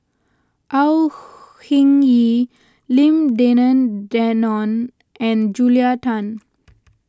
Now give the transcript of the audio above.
Au Hing Yee Lim Denan Denon and Julia Tan